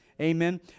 Amen